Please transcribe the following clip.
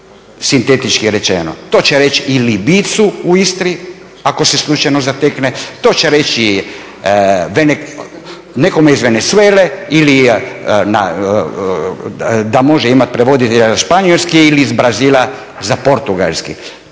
sintetički rečeno. To će reći i Libijcu u Istri ako se slučajno zatekne, to će reći nekome iz Venezuele ili da može imati prevoditelja na španjolski ili iz Brazila za portugalski.